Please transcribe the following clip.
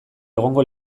egongo